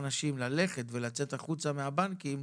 הנושא הוא הצעת צו להגברת התחרות ולצמצום הריכוזיות שבשוק הבנקאות